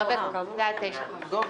מדובר על גובה.